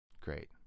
Great